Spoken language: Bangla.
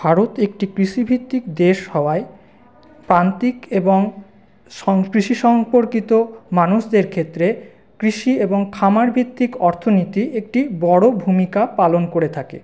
ভারত একটি কৃষিভিত্তিক দেশ হওয়ায় প্রান্তিক এবং কৃষি সম্পর্কিত মানুষদের ক্ষেত্রে কৃষি এবং খামারভিত্তিক অর্থনীতি একটি বড় ভূমিকা পালন করে থাকে